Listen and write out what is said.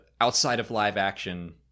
outside-of-live-action